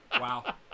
Wow